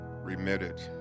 remitted